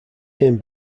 came